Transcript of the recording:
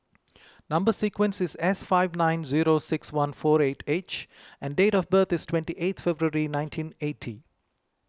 Number Sequence is S five nine zero six one four eight H and date of birth is twenty eight February nineteen eighty